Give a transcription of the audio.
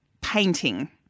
painting